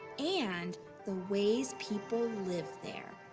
and the ways people live there.